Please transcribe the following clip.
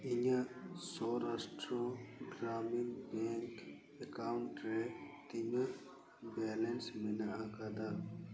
ᱤᱧᱟᱹᱜ Saurashtra Gramin bank account ᱨᱮ ᱛᱤᱱᱟᱹᱜ ᱵᱮᱞᱮᱱᱥ ᱢᱮᱱᱟᱜ ᱟᱠᱟᱫᱟ